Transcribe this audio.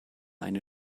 eine